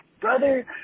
brother